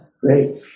great